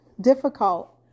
difficult